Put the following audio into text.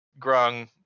grung